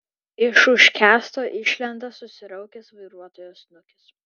iš už kęsto išlenda susiraukęs vairuotojo snukis